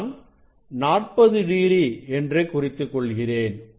நான் 40 டிகிரி என்று குறித்துக் கொள்கிறேன்